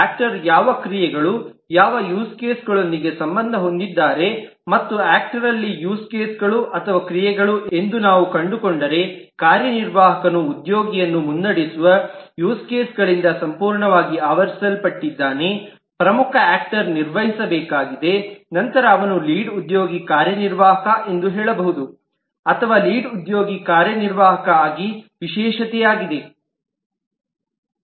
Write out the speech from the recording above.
actor ಯಾವ ಕ್ರಿಯೆಗಳು ಯಾವ ಯೂಸ್ ಕೇಸ್ಗಳೊಂದಿಗೆ ಸಂಬಂಧ ಹೊಂದಿದ್ದಾರೆ ಮತ್ತು ಆಕ್ಟರಲ್ಲಿ ಯೂಸ್ ಕೇಸ್ಗಳು ಅಥವಾ ಕ್ರಿಯೆಗಳು ಎಂದು ನಾವು ಕಂಡುಕೊಂಡರೆ ಕಾರ್ಯನಿರ್ವಾಹಕನು ಉದ್ಯೋಗಿಯನ್ನು ಮುನ್ನಡೆಸುವ ಬಳಕೆಯ ಪ್ರಕರಣಗಳಿಂದ ಸಂಪೂರ್ಣವಾಗಿ ಆವರಿಸಲ್ಪಟ್ಟಿದ್ದಾನೆ ಪ್ರಮುಖ ಆಕ್ಟರ್ ನಿರ್ವಹಿಸಬೇಕಾಗಿದೆ ನಂತರ ಅವನು ಲೀಡ್ ಉದ್ಯೋಗಿ ಕಾರ್ಯನಿರ್ವಾಹಕ ಎಂದು ಹೇಳಬಹುದು ಅಥವಾ ಲೀಡ್ ಉದ್ಯೋಗಿ ವಿಶೇಷತೆಯಾಗಿದೆ ಕಾರ್ಯನಿರ್ವಾಹಕ